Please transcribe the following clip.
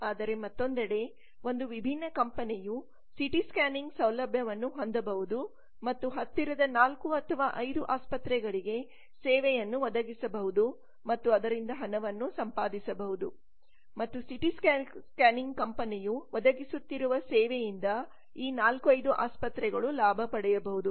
ಆದರೆ ಮತ್ತೊಂದೆಡೆ ಒಂದು ವಿಭಿನ್ನ ಕಂಪನಿಯು ಸಿಟಿ ಸ್ಕ್ಯಾನಿಂಗ್ ಸೌಲಭ್ಯವನ್ನು ಹೊಂದಬಹುದು ಮತ್ತು ಹತ್ತಿರದ 4 ಅಥವಾ 5 ಆಸ್ಪತ್ರೆಗಳಿಗೆ ಸೇವೆಯನ್ನು ಒದಗಿಸಬಹುದು ಮತ್ತು ಅದರಿಂದ ಹಣವನ್ನು ಸಂಪಾದಿಸಬಹುದು ಮತ್ತು ಸಿಟಿ ಸ್ಕ್ಯಾನಿಂಗ್ ಕಂಪನಿಯು ಒದಗಿಸುತ್ತಿರುವ ಸೇವೆಯಿಂದ ಈ 4 5 ಆಸ್ಪತ್ರೆಗಳು ಲಾಭ ಪಡೆಯಬಹುದು